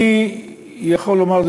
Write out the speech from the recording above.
אני יכול לומר,